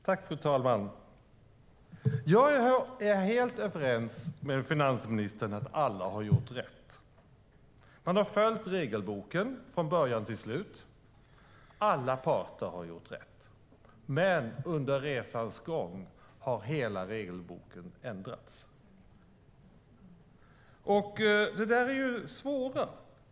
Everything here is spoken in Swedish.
Fru talman! Jag är helt överens med finansministern om att alla har gjort rätt. Man har följt regelboken från början till slut. Alla parter har gjort rätt. Men under resans gång har hela regelboken ändrats. Detta är svårt.